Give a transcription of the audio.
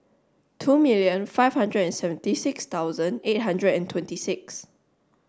two million five hundred seventy six thousand eight hundred and twenty six